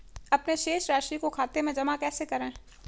अपने शेष राशि को खाते में जमा कैसे करें?